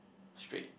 straight